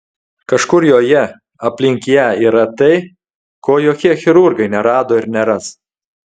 kažkur joje aplink ją yra tai ko jokie chirurgai nerado ir neras